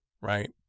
right